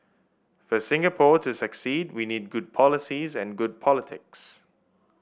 for Singapore to succeed we need good policies and good politics